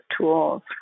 tools